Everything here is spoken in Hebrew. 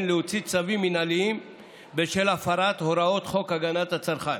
להוציא צווים מינהליים בשל הפרת הוראות חוק הגנת הצרכן.